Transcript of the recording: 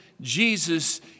Jesus